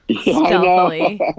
stealthily